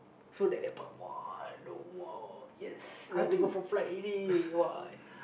so that that point !wah! low more yes to for flight already !wah!